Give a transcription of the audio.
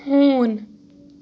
ہوٗن